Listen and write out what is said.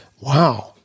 wow